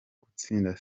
gutsinda